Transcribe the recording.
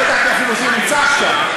לא ידעתי אפילו שהוא נמצא עכשיו,